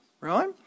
right